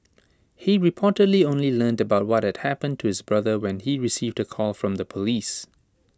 he reportedly only learned about what had happened to his brother when he received A call from the Police